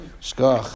Shkach